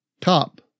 top